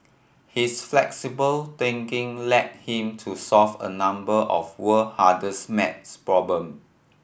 his flexible thinking led him to solve a number of world hardest math problem